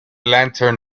lantern